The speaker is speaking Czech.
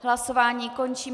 Hlasování končím.